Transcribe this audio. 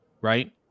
right